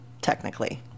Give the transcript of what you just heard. technically